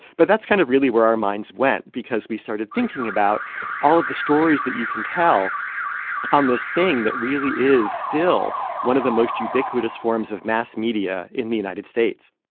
but that's kind of really where our minds went because we started thinking about all of the stories that you can tell on this thing that really is still one of the most ubiquitous forms of mass media in the united states